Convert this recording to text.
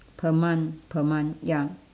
per month per month ya